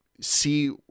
see